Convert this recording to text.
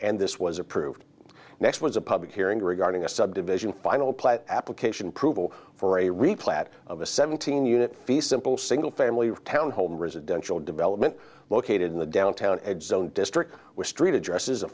and this was approved next was a public hearing regarding a subdivision final application proveable for a reply that of a seventeen unit fee simple single family town home residential development located in the downtown edge zone district with street address